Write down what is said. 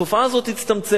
התופעה הזאת תצטמצם.